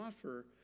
offer